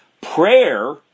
prayer